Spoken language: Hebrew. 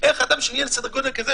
איך אדם שניהל עמותות בסדר גודל כזה,